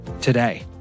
today